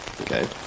Okay